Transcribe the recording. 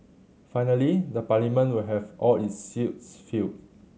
finally the Parliament will have all its seats filled